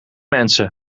mensen